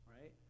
right